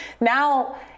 Now